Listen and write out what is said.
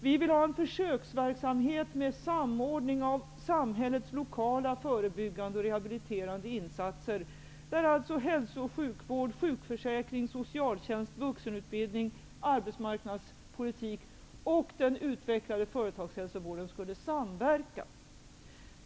Vi vill ha en försöksverksamhet med samordning av samhällets lokala förebyggande och rehabiliterande insatser, där hälso och sjukvård, sjukförsäkring, socialtjänst, vuxenutbildning, arbetsmarknadspolitik och den utvecklade företagshälsovården skulle samverka.